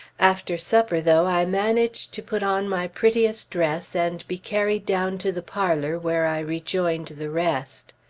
after supper, though, i managed to put on my prettiest dress, and be carried down to the parlor where i rejoined the rest.